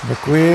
Děkuji.